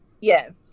Yes